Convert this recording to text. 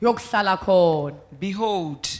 Behold